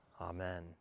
Amen